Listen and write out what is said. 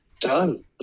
done